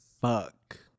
fuck